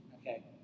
okay